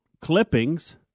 clippings